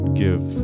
give